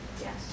Yes